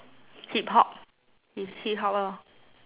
hip hop if hip hop lor